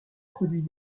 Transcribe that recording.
produit